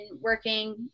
working